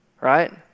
right